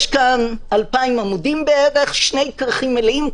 יש פה כאלפיים עמודים, שני כרכים מלאים.